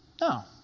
No